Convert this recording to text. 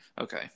Okay